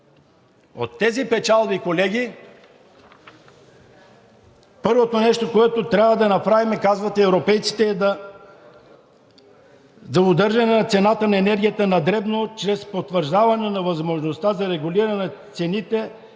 От тези печалби, колеги, първото нещо, което трябва да направим, казват европейците, е да удържаме цената на енергията на дребно чрез потвърждаване на възможността да регулираме цените